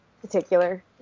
particular